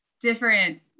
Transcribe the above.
different